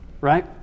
right